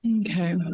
Okay